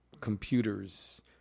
computers